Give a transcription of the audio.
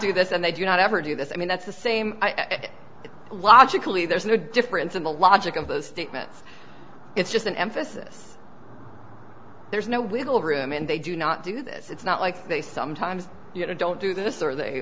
do this and they do not ever do this i mean that's the same logically there is no difference in the logic of those statements it's just an emphasis there's no wiggle room and they do not do this it's not like they sometimes don't do this or they